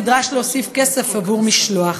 נדרש להוסיף כסף עבור משלוח?